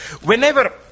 Whenever